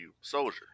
soldier